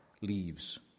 leaves